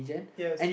yes